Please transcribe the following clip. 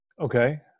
okay